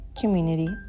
Community